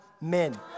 men